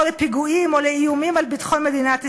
לפיגועים או לאיומים על ביטחון מדינת ישראל.